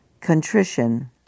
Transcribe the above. contrition